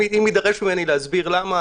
אם יירש ממני למה,